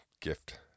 gift